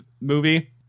movie